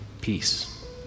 peace